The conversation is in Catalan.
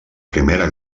primera